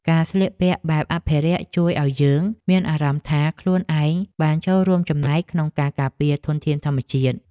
ការស្លៀកពាក់បែបអភិរក្សជួយឱ្យយើងមានអារម្មណ៍ថា ខ្លួនឯងបានចូលរួមចំណែកក្នុងការការពារធនធានធម្មជាតិ។